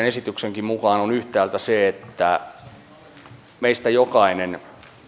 esityksenkin mukaan on yhtäältä se että meistä jokaisen